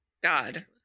God